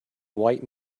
white